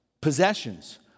Possessions